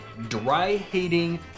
dry-hating